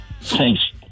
Thanks